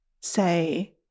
say